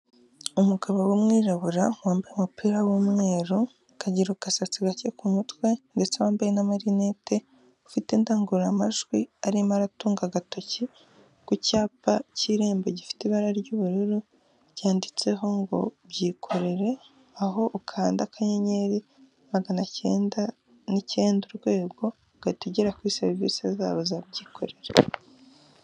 Umugabo w'umwirabura wambaye umupira w'umweru, akagira agasatsi gake ku mutwe ndetse wambaye n'amarinete, ufite indangururamajwi, arimo aratunga agatoki ku cyapa cy'irembo gifite ibara ry'ubururu, cyanditseho ngo byikorere, aho ukanda akanyenyeri magana cyenda n'icyenda, urwego, ugahita ugera kuri serivisi zabo za byikorere.